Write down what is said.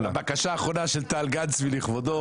בקשה אחרונה של טל גן צבי ולכבודו.